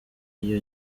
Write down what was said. iyo